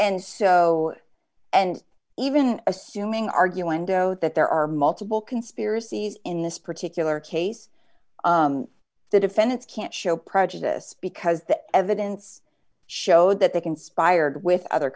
and so and even assuming argue endo that there are multiple conspiracies in this particular case the defendants can't show prejudice because the evidence showed that they conspired with other